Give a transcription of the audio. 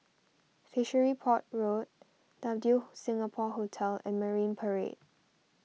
Fishery Port Road W Singapore Hotel and Marine Parade